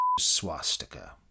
swastika